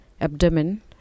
abdomen